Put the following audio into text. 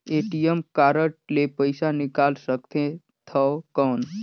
ATM card ले पइसा निकाल सकथे थव कौन?